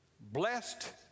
blessed